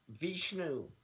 Vishnu